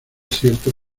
cierto